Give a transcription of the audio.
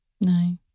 no